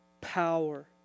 Power